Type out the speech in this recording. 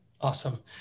awesome